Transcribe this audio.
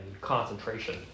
concentration